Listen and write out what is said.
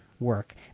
work